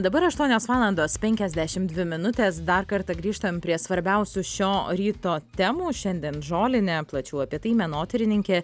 dabar aštuonios valandos penkiasdešimt dvi minutės dar kartą grįžtam prie svarbiausių šio ryto temų šiandien žolinė plačiau apie tai menotyrininkė